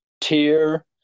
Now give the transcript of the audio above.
tier